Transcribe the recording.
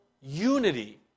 unity